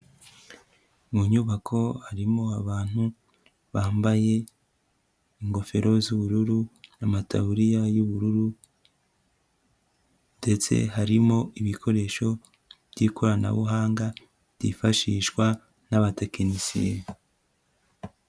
Mu nyubako harimo abantu bambaye ingofero z'ubururu, amataburiya y'ubururu ndetse harimo ibikoresho byikoranabuhanga byifashishwa n'abatekinisiye.